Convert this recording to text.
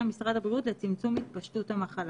משרד הבריאות לצמצום התפשטות המחלה.